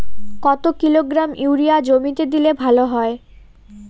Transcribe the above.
কত kilogram urea জমিতে দিলে ভালো হয়?